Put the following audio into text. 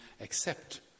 Accept